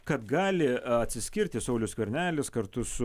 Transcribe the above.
kad gali atsiskirti saulius skvernelis kartu su